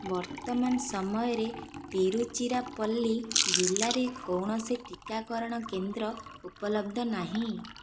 ବର୍ତ୍ତମାନ ସମୟରେ ତିରୁଚିରାପଲ୍ଲୀ ଜିଲ୍ଲାରେ କୌଣସି ଟୀକାକରଣ କେନ୍ଦ୍ର ଉପଲବ୍ଧ ନାହିଁ